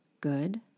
good